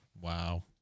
Wow